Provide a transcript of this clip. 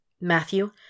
Matthew